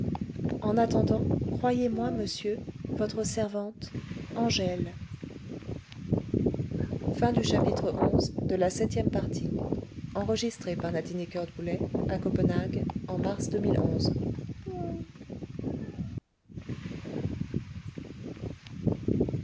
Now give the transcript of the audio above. en attendant croyez-moi monsieur votre servante angèle